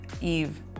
Eve